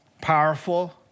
Powerful